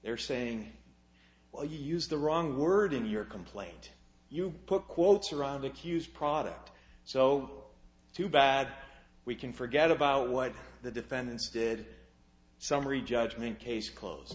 they're saying well you used the wrong word in your complaint you put quotes around accuse product so too bad we can forget about what the defendants did summary judgment case close